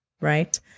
right